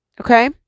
Okay